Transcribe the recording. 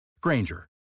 Granger